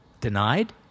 denied